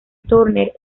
turner